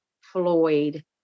Floyd